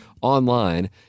online